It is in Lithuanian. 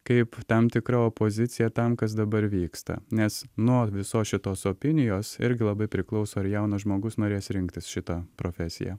kaip tam tikra opozicija tam kas dabar vyksta nes nu visos šitos opinijos irgi labai priklauso ar jaunas žmogus norės rinktis šitą profesiją